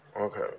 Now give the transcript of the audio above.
okay